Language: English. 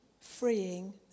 freeing